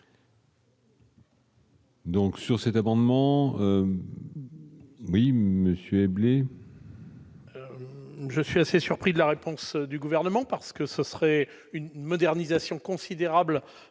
Donc sur cet amendement, oui monsieur blessé. Je suis assez surpris de la réponse du gouvernement parce que ce serait une modernisation considérable